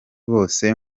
bose